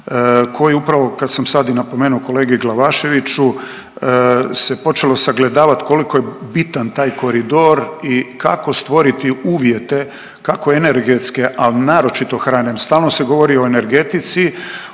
koji upravo kad sam sad i napomenuo kolegi Glaševiću se počelo sagledavat koliko je bitan taj koridor i kako stvoriti uvjete, kako energetske, al naročito hrane, stalno se govori o energetici,